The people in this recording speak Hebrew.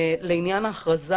לעניין ההכרזה